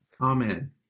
Amen